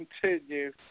continue